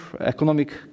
economic